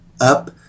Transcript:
up